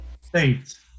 States